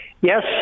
Yes